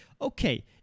Okay